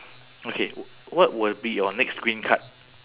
okay what will be your next green card